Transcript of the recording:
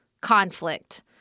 conflict